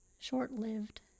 short-lived